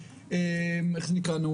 איך זה נקרא?